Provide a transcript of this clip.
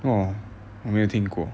!wah! 我没有听过